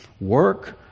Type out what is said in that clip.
work